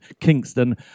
Kingston